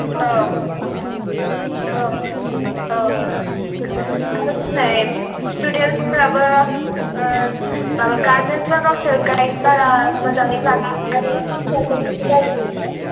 औ बिदिनो औ औ आरोबाव नै स्टुडेन्स फ्राबो ओम माबा गार्जेनफ्रा गावसोर गायड बारा मोजाङै लाला आरो टिचार फोरखौसो दाय होयो ना